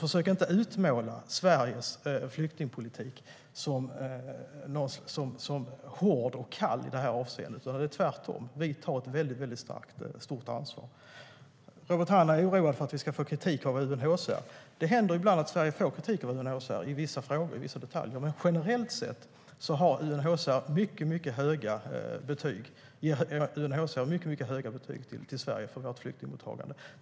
Försök inte utmåla Sveriges flyktingpolitik som hård och kall i det här avseendet! Det är tvärtom. Vi tar ett väldigt stort ansvar. Robert Hannah är oroad för att vi ska få kritik av UNHCR. Det händer ibland att Sverige får kritik av UNHCR i vissa frågor och i vissa detaljer. Men generellt sett ger UNHCR mycket höga betyg till Sverige för vårt flyktingmottagande.